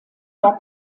war